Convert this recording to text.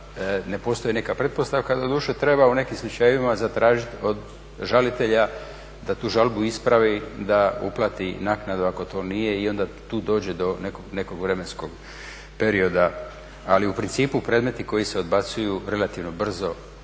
ne postoji neka pretpostavka. Doduše, treba u nekim slučajevima zatražiti od žalitelja da tu žalbu ispravi, da uplati naknadu ako to nije i onda tu dođe do nekog vremenskog perioda. Ali u principu predmeti koji se odbacuju relativno brzo,